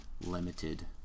limited